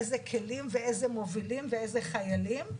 איזה כלים ואיזה מובילים ואיזה חיילים,